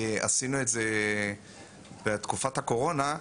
עשינו את זה בתקופת הקורנה,